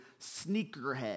sneakerhead